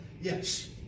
Yes